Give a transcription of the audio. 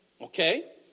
Okay